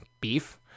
beef